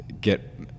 get